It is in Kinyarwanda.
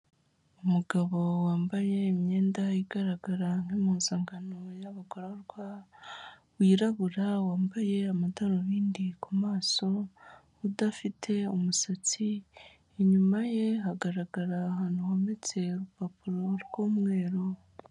Umugabo wambaye imyenda igaragara nk'impuzankano yabagororwa, wirabura wambaye amadarubindi kumaso, udafite umusatsi, inyuma ye hagaragara ahantu hometse urupapuro rw'umweru.